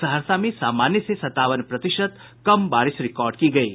सहरसा में सामान्य से सतावन प्रतिशत कम बारिश रिकार्ड की गयी